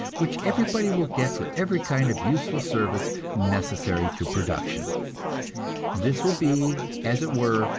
which everybody will get for every kind of useful service necessary to production this will be, as it were,